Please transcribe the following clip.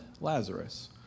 Lazarus